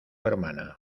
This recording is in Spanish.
hermana